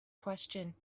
question